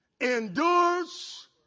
endures